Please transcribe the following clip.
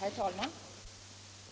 Herr talman!